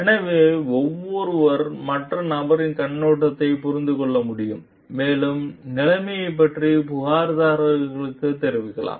எனவே ஒவ்வொருவரும் மற்ற நபரின் கண்ணோட்டத்தைப் புரிந்து கொள்ள முடியும் மேலும் நிலைமையைப் பற்றி புகார்தாரர்களுக்கு தெரிவிக்கலாம்